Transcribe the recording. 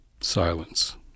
Silence